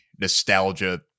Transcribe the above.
nostalgia